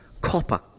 Copper